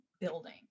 building